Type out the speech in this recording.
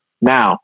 Now